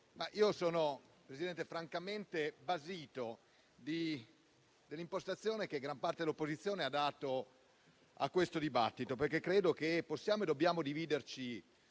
onorevoli colleghi, francamente sono basito dall'impostazione che gran parte dell'opposizione ha dato a questo dibattito: credo che possiamo e dobbiamo dividerci